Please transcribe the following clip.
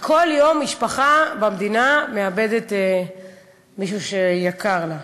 וכל יום משפחה במדינה מאבדת מישהו שיקר לה.